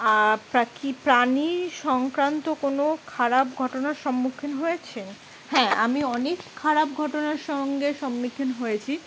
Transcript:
আর কি প্রাণী সংক্রান্ত কোনো খারাপ ঘটনার সম্মুখীন হয়েছেন হ্যাঁ আমি অনেক খারাপ ঘটনার সঙ্গে সম্মুখীন হয়েছি